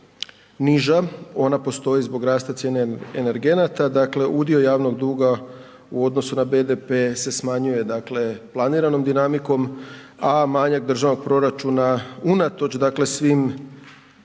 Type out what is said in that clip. niža. Ona postoji zbog rasta cijena energenata, dakle udio javnog duga u odnosu na BDP se smanjuje planiranom dinamikom, a manjak državnog proračuna unatoč svim